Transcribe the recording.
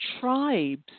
tribes